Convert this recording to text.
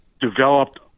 developed